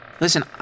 Listen